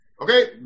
Okay